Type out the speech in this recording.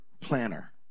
planner